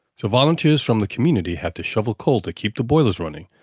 so volunteers from the community had to shovel coal to keep the boilers running,